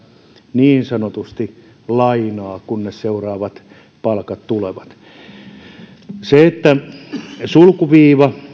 niin sanotusti lainaa kunnes seuraavat palkat tulevat sulkuviiva